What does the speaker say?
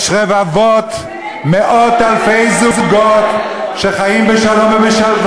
יש רבבות, מאות אלפי זוגות, זה לא סותר,